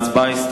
הצבעה, בבקשה.